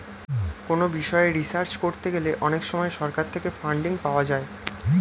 কোনো বিষয়ে রিসার্চ করতে গেলে অনেক সময় সরকার থেকে ফান্ডিং পাওয়া যায়